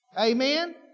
Amen